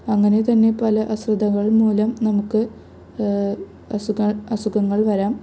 അങ്ങനെ തന്നെ പല അശ്രദ്ധകള് മൂലം നമുക്ക് അസുഖ അസുഖങ്ങള് വരാം